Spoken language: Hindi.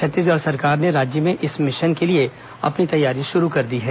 छत्तीसगढ़ सरकार ने राज्य में इस मिशन के लिए अपनी तैयारी शुरू कर दी है